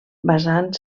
basant